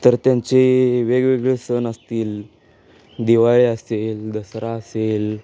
तर त्यांचे वेगवेगळे सण असतील दिवाळी असेल दसरा असेल